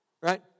Right